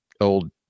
old